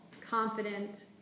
confident